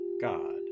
God